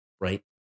right